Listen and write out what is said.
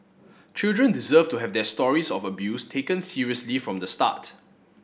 children deserve to have their stories of abuse taken seriously from the start